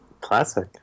Classic